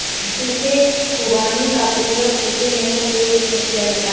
सूखे खुबानी का उपयोग सूखे मेवों के रूप में किया जाता है